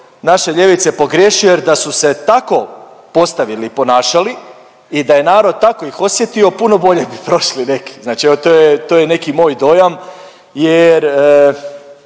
naše ljevice pogriješio jer da su se tako postavili i ponašali i da je narod tako ih osjetio, puno bolje bi prošli neki, znači evo to je, to je neki moj dojam jer